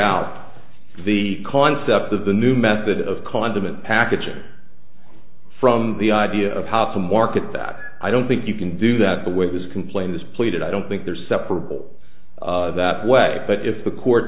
out the concept of the new method of condiment packages from the idea of how to market that i don't think you can do that the way his complaint is pleaded i don't think they're separable that way but if the court